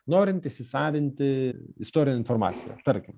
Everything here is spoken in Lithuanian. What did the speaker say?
norint įsisavinti istorinę informaciją tarkim